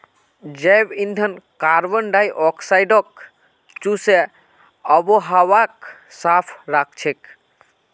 जैव ईंधन कार्बन डाई ऑक्साइडक चूसे आबोहवाक साफ राखछेक